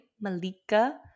Malika